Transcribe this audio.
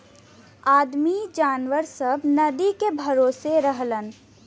आदमी जनावर सब नदी के भरोसे रहलन